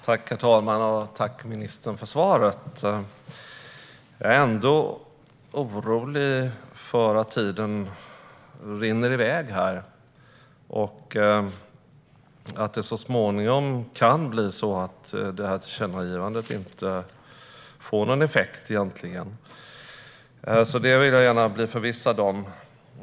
Herr talman! Tack för svaret, ministern! Jag är ändå orolig att tiden rinner iväg och att det så småningom kan bli så att tillkännagivandet egentligen inte får någon effekt. Det vill jag alltså gärna bli förvissad om.